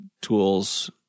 tools